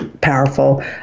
powerful